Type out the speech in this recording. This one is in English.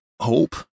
hope